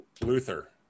Luther